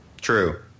True